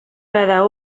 cada